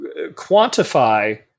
quantify